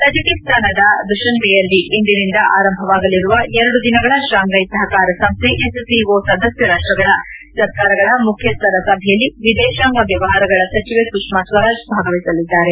ತಜಕಿಸ್ತಾನದ ದುಶನ್ಬೆಯಲ್ಲಿ ಇಂದಿನಿಂದ ಆರಂಭವಾಗಲಿರುವ ಎರಡು ದಿನಗಳ ಶಾಂಫೈ ಸಹಕಾರ ಸಂಸ್ಥೆ ಎಸ್ಸಿಒ ಸದಸ್ಯ ರಾಷ್ಟ್ರಗಳ ಸರ್ಕಾರಗಳ ಮುಖ್ಯಸ್ಥರ ಸಭೆಯಲ್ಲಿ ವಿದೇಶಾಂಗ ವ್ಯವಹಾರಗಳ ಸಚಿವೆ ಸುಷ್ಮಾ ಸ್ವರಾಜ್ ಭಾಗವಹಿಸಲಿದ್ದಾರೆ